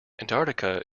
antarctica